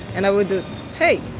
and i would do hey,